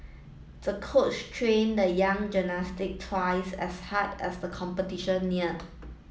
the coach trained the young gymnast twice as hard as the competition neared